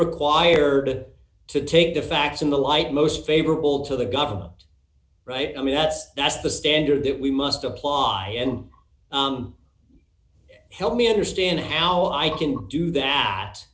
required to take the facts in the light most favorable to the government right i mean that's that's the standard that we must apply and help me understand how i can do that